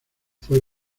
fue